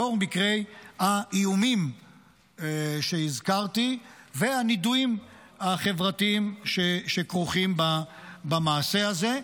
לאור מקרי האיומים שהזכרתי והנידויים החברתיים שכרוכים במעשה הזה.